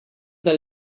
that